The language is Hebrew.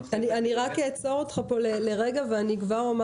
אני רק אעצור אותך פה לרגע ואני כבר אומר